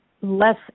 less